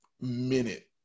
minute